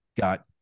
got